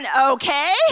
okay